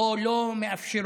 או לא מאפשרות